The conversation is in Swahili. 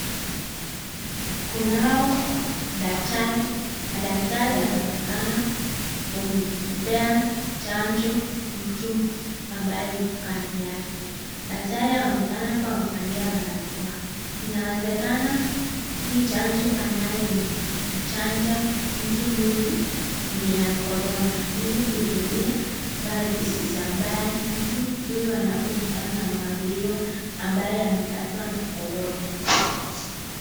Kunao daktari na daktari anaonekana kumpea chanjo mtu ambaye yuko kando yake. Daktari anaonekana kuwa amevalia barakoa. Inawezekana hii chanjo anayomchanja mtu huyu ni ya korona, ili kuzuia isisambae mtu huyu anapokutana na muathiriwa ambaye amepatwa na korona.